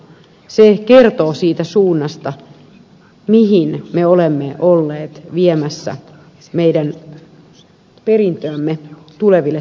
se kertoo siitä suunnasta mihin me olemme olleet viemässä meidän perintöämme tuleville sukupolville